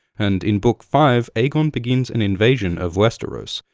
and in book five, aegon begins an invasion of westeros.